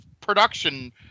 production